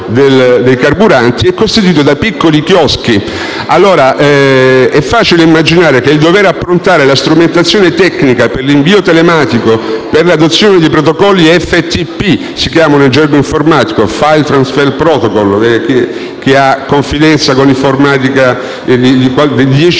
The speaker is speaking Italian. è costituito da piccoli chioschi.